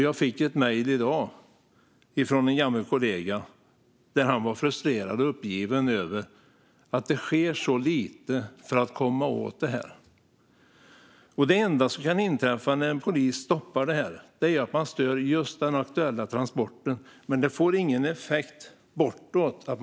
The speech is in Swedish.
Jag fick ett mejl i dag från en gammal kollega som var frustrerad och uppgiven över att det sker så lite för att komma åt detta. Det enda som kan inträffa när en polis stoppar ett ekipage är att man stör just den aktuella transporten, men det får ingen effekt längre bort.